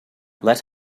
let